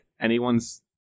anyone's